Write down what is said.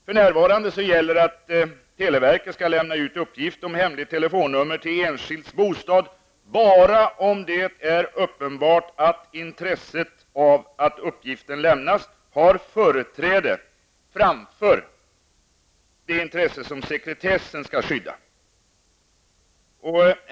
För närvarande gäller att televerket skall lämna ut uppgiften om hemligt telefonnummer till enskilds bostad bara om det är uppenbart att intresset av att uppgiften lämnas har företräde framför det intresse som sekretessen skall skydda.